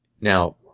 Now